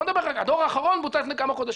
הדוח האחרון בוצע לפני כמה חודשים.